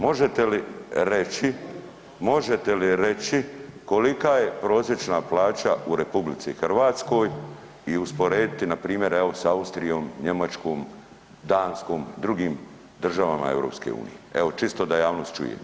Možete li reći, možete li reći kolika je prosječna plaća u RH i usporediti, npr. evo sa Austrijom, Njemačkom, Danskom, drugim državama EU, evo čisto da javnost čuje.